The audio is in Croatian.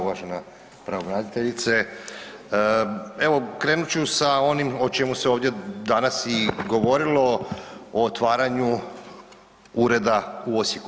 Uvažena pravobraniteljice evo krenut ću sa onim o čemu se ovdje danas i govorilo o otvaranju ureda u Osijeku.